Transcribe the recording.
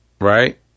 Right